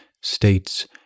states